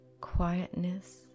quietness